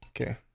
Okay